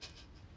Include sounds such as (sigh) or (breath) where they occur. (breath)